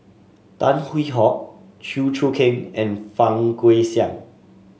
Tan Hwee Hock Chew Choo Keng and Fang Guixiang